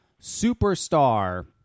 superstar